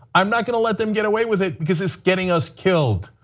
i am not going to let them get away with it because it is getting us killed.